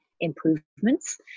improvements